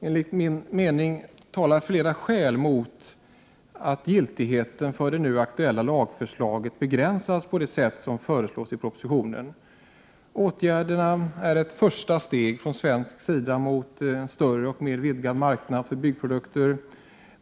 Enligt min mening talar flera skäl mot att giltigheten för det nu aktuella lagförslaget begränsas på det sätt som föreslås i propositionen. Åtgärderna är ett första steg från svensk sida mot en större och mer vidgad marknad för byggprodukter.